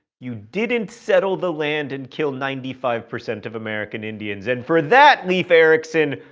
you didn't settle the land and kill ninety five percent of american indians, and for that leif ericson,